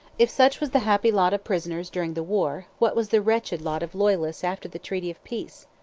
if such was the happy lot of prisoners during the war, what was the wretched lot of loyalists after the treaty of peace?